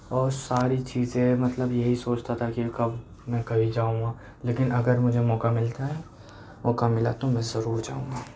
اور ساری چیزیں مطلب یہی سوچتا تھا کہ کب میں کہیں جاؤں گا لیکن اگر مجھے موقع ملتا ہے موقع ملا تو میں ضرور جاؤں گا